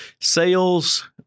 sales